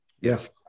Yes